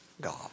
God